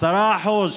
10%?